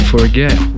Forget